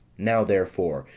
now, therefore,